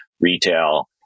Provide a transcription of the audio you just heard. retail